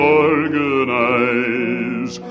organize